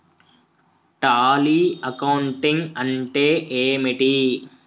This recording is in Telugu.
టాలీ అకౌంటింగ్ అంటే ఏమిటి?